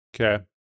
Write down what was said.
Okay